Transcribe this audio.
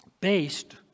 based